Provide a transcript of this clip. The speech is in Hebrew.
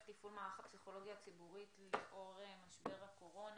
תפעול מערך הפסיכולוגיה הציבורית לאור משבר הקורונה.